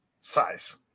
Size